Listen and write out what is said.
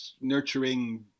nurturing